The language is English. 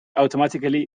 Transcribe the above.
automatically